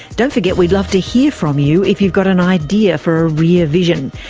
don't forget we'd love to hear from you if you've got an idea for a rear vision.